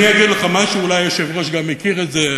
אני אגיד לך משהו, ואולי היושב-ראש גם מכיר את זה,